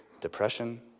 depression